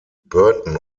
burton